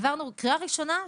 העברנו קריאה ראשונה,